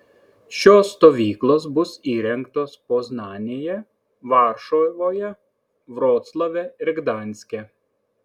šios stovyklos bus įrengtos poznanėje varšuvoje vroclave ir gdanske